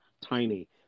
tiny